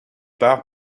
part